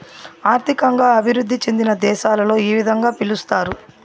ఆర్థికంగా అభివృద్ధి చెందిన దేశాలలో ఈ విధంగా పిలుస్తారు